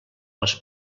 les